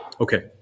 Okay